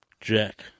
Jack